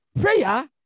prayer